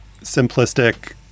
simplistic